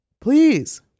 Please